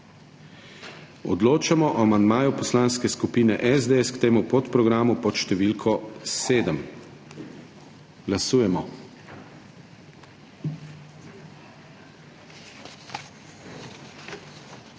Odločamo o amandmaju Poslanske skupine SDS k temu podprogramu pod številko 1. Glasujemo.